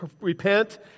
repent